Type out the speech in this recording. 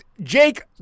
Jake